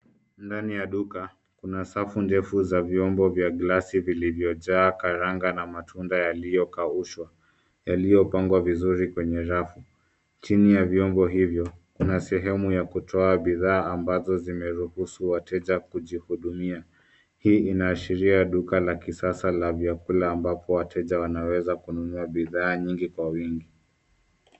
Ndani ya duka kuna safu ndefu za vyombo vya glasi vilivyojaa karanga na matunda yaliyokaushwa yaliyopangwa vizuri kwenye rafu. Chini ya vyombo hivyo kuna sehemu ya kutoa bidhaa ambazo zimeruhusu wateja kujihudumia. Hii inaashiria duka la kisasa la vyakula ambapo wateja wanaweza kununua bidhaa nyingi kwa wingi.